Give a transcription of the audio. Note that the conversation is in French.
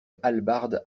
hallebarde